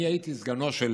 אני הייתי סגנו של